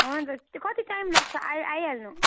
हजुर कति टाइम लाग्छ आइ आइहाल्नु